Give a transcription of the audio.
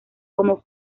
como